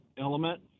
element